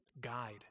guide